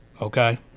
Okay